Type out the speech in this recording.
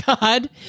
God